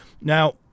Now